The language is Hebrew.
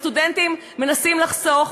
הסטודנטים מנסים לחסוך.